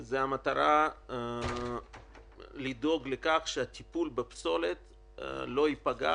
זו המטרה לדאוג לכך שהטיפול בפסולת לא ייפגע